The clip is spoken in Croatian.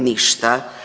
Ništa.